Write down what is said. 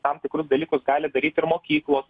tam tikrus dalykus gali daryt ir mokyklos